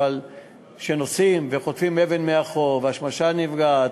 אבל כשנוסעים וחוטפים אבן מאחור והשמשה נפגעת,